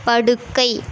படுக்கை